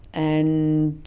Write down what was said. and